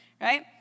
Right